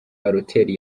balotelli